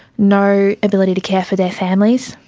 no ability to care for their families,